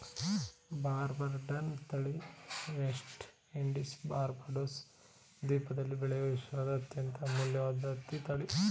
ಬಾರ್ಬಡನ್ಸ್ ತಳಿ ವೆಸ್ಟ್ ಇಂಡೀಸ್ನ ಬಾರ್ಬಡೋಸ್ ದ್ವೀಪದಲ್ಲಿ ಬೆಳೆಯುವ ವಿಶ್ವದ ಅತ್ಯಂತ ಅಮೂಲ್ಯವಾದ ಹತ್ತಿ ತಳಿಗಳು